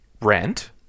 rent